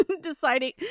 deciding